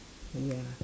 ya